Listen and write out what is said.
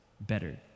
better